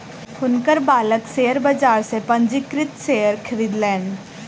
हुनकर बालक शेयर बाजार सॅ पंजीकृत शेयर खरीदलैन